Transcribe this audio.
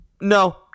No